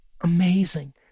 Amazing